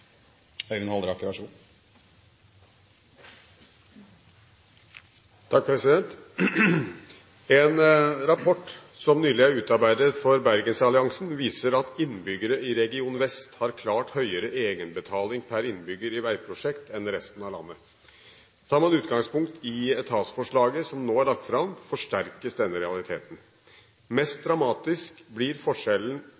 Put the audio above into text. Region Vest har klart høyere egenbetaling per innbygger i veiprosjekt enn resten av landet. Tar man utgangspunkt i etatsforslaget som nå er lagt fram, forsterkes denne realiteten. Mest